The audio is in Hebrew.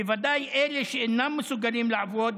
בוודאי אלה שאינם מסוגלים לעבוד,